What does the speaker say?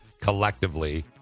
collectively